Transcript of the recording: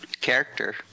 character